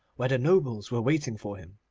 where the nobles were waiting for him.